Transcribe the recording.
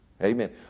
Amen